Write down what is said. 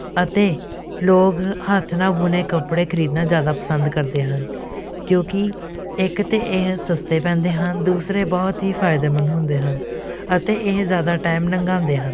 ਅਤੇ ਲੋਕ ਹੱਥ ਨਾਲ ਬੁਣੇ ਕੱਪੜੇ ਖਰੀਦਣਾ ਜ਼ਿਆਦਾ ਪਸੰਦ ਕਰਦੇ ਹਨ ਕਿਉਂਕਿ ਇੱਕ ਤਾਂ ਇਹ ਸਸਤੇ ਪੈਂਦੇ ਹਨ ਦੂਸਰੇ ਬਹੁਤ ਹੀ ਫਾਇਦੇਮੰਦ ਹੁੰਦੇ ਹਨ ਅਤੇ ਇਹ ਜ਼ਿਆਦਾ ਟਾਈਮ ਲੰਘਾਉਂਦੇ ਹਨ